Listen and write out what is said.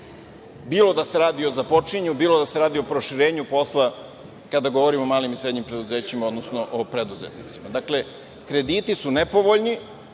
bilo da se radi o započinjanju, bilo da se radi o proširenju posla kada govorimo o malim i srednjim preduzećima, odnosno o preduzetnicima. Dakle, krediti su nepovoljni